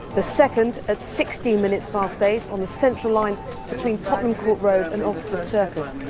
the second, at sixteen minutes past eight, on the central line between tottenham court road and oxford circus,